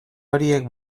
horiek